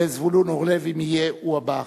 וזבולון אורלב, אם יהיה, הוא הבא אחריו.